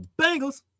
Bengals